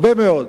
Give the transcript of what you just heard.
הרבה מאוד,